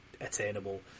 attainable